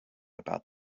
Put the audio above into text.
about